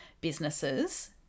businesses